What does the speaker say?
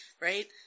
right